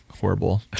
horrible